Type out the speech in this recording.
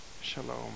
shalom